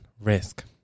Risk